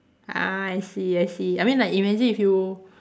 ah I see I see I mean like imagine if you